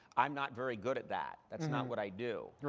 i'm not very good at that. that's not what i do. yeah